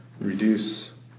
reduce